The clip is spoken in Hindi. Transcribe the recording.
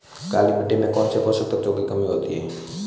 काली मिट्टी में कौनसे पोषक तत्वों की कमी होती है?